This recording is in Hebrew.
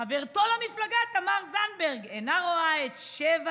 חברתו למפלגה תמר זנדברג אינה רואה את שבע